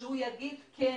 שהוא יגיד 'כן,